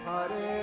Hare